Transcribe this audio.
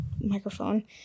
microphone